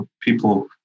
people